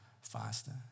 faster